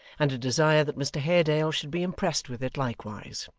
and a desire that mr haredale should be impressed with it likewise.